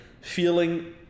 feeling